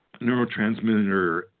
neurotransmitter